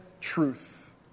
truth